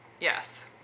Yes